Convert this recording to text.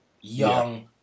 young